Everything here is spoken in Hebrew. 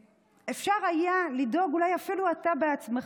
אפשר היה לדאוג, אולי אפילו אתה בעצמך.